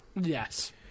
yes